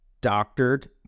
doctored